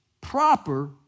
proper